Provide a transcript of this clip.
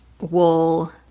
wool